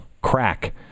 crack